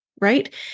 right